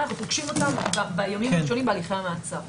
ופוגשים אותה בימים הראשונים בהליכי המעצר.